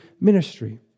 ministry